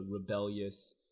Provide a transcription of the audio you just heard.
rebellious